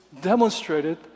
demonstrated